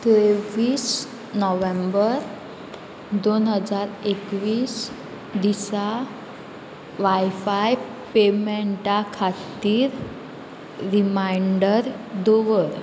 त्रेवीस नोव्हेंबर दोन हजार एकवीस दिसा वायफाय पेमेंटा खातीर रिमांयडर दवर